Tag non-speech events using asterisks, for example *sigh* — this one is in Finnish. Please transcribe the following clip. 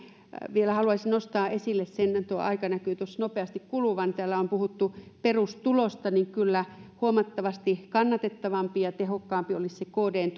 vielä haluaisin nostaa esille sen aika näkyy tuossa nopeasti kuluvan että kun täällä on puhuttu perustulosta niin kyllä huomattavasti kannatettavampi ja tehokkaampi olisi se kdn *unintelligible*